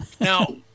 Now